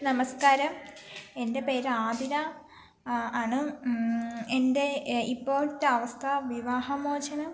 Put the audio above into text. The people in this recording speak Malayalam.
നമസ്ക്കാരം എൻ്റെ പേര് ആതിര ആണ് എൻ്റെ ഇപ്പോഴത്തെ അവസ്ഥ വിവാഹമോചനം